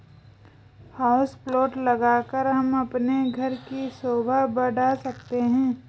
house plant लगाकर हम अपने घर की शोभा बढ़ा सकते हैं